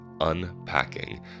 unpacking